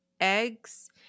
eggs